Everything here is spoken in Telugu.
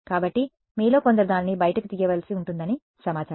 కాబట్టి మీలో కొందరు దానిని బయటకు తీయవలసి ఉంటుందని సమాచారం